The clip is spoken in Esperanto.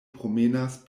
promenas